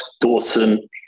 Dawson